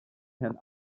herrn